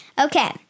Okay